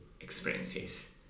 experiences